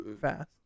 fast